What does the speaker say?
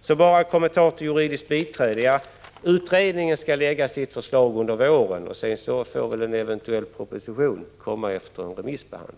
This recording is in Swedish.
Så bara en kommentar till frågan om juridiskt biträde. Utredningen skall lägga fram sitt förslag i vår, och sedan får väl en eventuell proposition komma efter en remissbehandling.